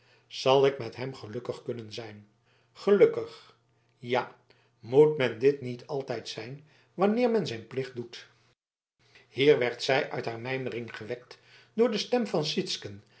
zal ik met hem gelukkig kunnen zijn gelukkig ja moet men dit niet altijd zijn wanneer men zijn plicht doet hier werd zij uit haar mijmering gewekt door de stem van sytsken